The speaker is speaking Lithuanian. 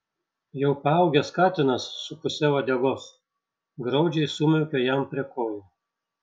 jau paaugęs katinas su puse uodegos graudžiai sumiaukė jam prie kojų